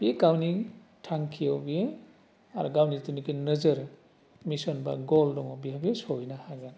बे गावनि थांखियाव बियो आरो गावनि जिथुनाखि नोजोर मिसन बा गल दङ बेहायबो सहैनो हागोन